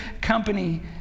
company